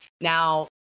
Now